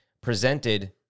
presented